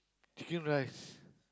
chicken rice